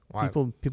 People